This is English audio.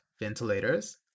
ventilators